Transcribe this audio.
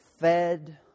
fed